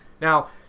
Now